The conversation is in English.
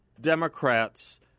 Democrats